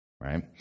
Right